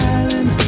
island